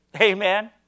Amen